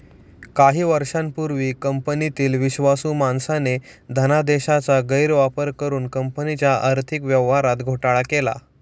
काही वर्षांपूर्वी कंपनीतील विश्वासू माणसाने धनादेशाचा गैरवापर करुन कंपनीच्या आर्थिक व्यवहारात घोटाळा केला